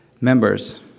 members